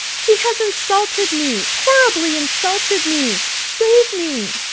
he has insulted me! horribly insulted me! save me!